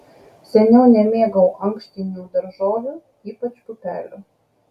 seniau nemėgau ankštinių daržovių ypač pupelių